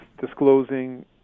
disclosing